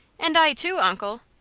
and i, too, uncle.